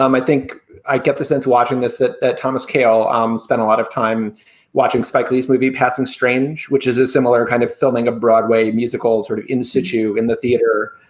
um i think i get the sense watching this, that thomas kael um spent a lot of time watching spike lee's movie passing strange, which is a similar kind of filming a broadway musical sort of insitu in the theater,